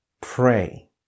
pray